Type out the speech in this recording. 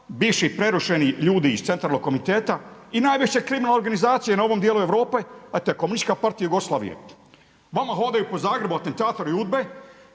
bivši prerušeni ljudi iz centralnog komiteta i najviše kriminalne organizacije na ovom dijelu Europe a to je komunistička partija Jugoslavije. Vama hodaju po Zagrebu atentatori UDBA-e